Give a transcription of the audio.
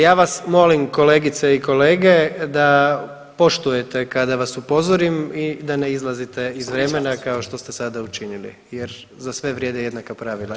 Ja vas molim kolegice i kolege da poštujete kada vas upozorim i da ne izlazite iz vremena kao što ste sada učinili, jer za sve vrijede jednaka pravila.